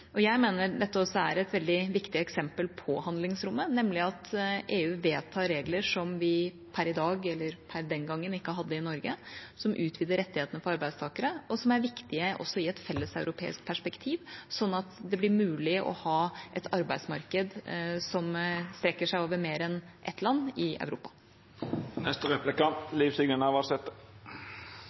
Jeg mener dette også er et veldig viktig eksempel på handlingsrommet, nemlig at EU vedtar regler som vi per i dag eller per den gangen ikke hadde i Norge, som utvider rettighetene for arbeidstakere, og som er viktige også i et felleseuropeisk perspektiv, sånn at det blir mulig å ha et arbeidsmarked som strekker seg over mer enn ett land i